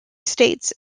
states